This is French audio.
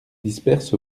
disperse